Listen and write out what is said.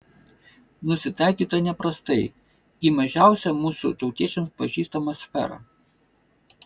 nusitaikyta neprastai į mažiausią mūsų tautiečiams pažįstamą sferą